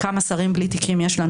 אחד משמונת הטייסים שתקפו את הכור בעירק,